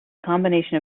combination